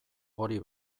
hori